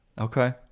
Okay